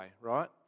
right